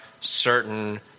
certain